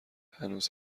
هنوز